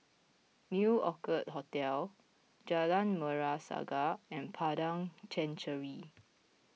New Orchid Hotel Jalan Merah Saga and Padang Chancery